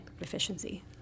efficiency